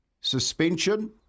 suspension